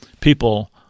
people